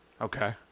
Okay